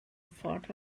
ffordd